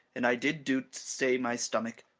and i did do't to stay my stomach.